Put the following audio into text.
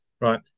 right